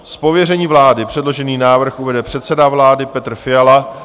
Z pověření vlády předložený návrh uvede předseda vlády Petr Fiala.